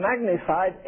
magnified